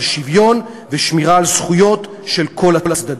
שוויון ושמירה על הזכויות של כל הצדדים.